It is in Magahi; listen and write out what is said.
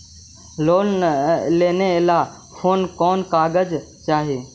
लोन लेने ला कोन कोन कागजात चाही?